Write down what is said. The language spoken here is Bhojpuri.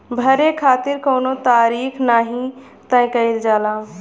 भरे खातिर कउनो तारीख नाही तय कईल जाला